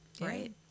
Right